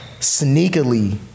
sneakily